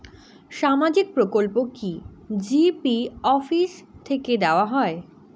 সামাজিক প্রকল্প কি জি.পি অফিস থেকে দেওয়া হয়?